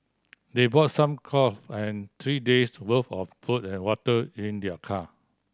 they brought some clothes and three days' worth of food and water in their car